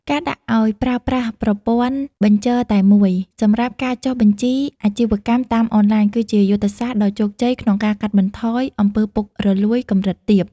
ការដាក់ឱ្យប្រើប្រាស់ប្រព័ន្ធ "បញ្ជរតែមួយ" សម្រាប់ការចុះបញ្ជីអាជីវកម្មតាមអនឡាញ គឺជាយុទ្ធសាស្ត្រដ៏ជោគជ័យក្នុងការកាត់បន្ថយ អំពើពុករលួយ កម្រិតទាប។